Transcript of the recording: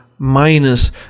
minus